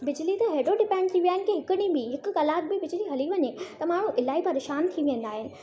बिजली ते हेॾो डिपेंड थी विया आहिनि की हिकु ॾींहुं बि हिकु कलाकु बि बिजली हली वञे त मण्हू इलाही परेशान थी वेंदा आहिनि